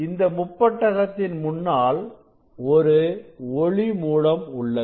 இந்த முப்பட்டகத்தின் முன்னாள் ஒரு ஒளி மூலம் உள்ளது